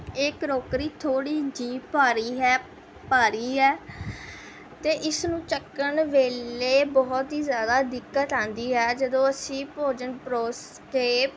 ਇਹ ਕਰੋਕਰੀ ਥੋੜ੍ਹੀ ਜੀ ਭਾਰੀ ਹੈ ਭਾਰੀ ਹੈ ਅਤੇ ਇਸ ਨੂੰ ਚੱਕਣ ਵੇਲੇ ਬਹੁਤ ਹੀ ਜ਼ਿਆਦਾ ਦਿੱਕਤ ਆਉਂਦੀ ਹੈ ਜਦੋਂ ਅਸੀਂ ਭੋਜਨ ਪਰੋਸ ਕੇ